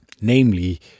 namely